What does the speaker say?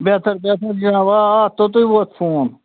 بہتر بہتر جِناب آ آ توٚتُے ووت فون